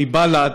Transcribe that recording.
מבל"ד,